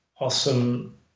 awesome